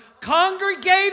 Congregate